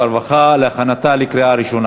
הרווחה והבריאות נתקבלה.